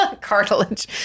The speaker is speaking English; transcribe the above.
cartilage